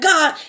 God